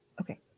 Okay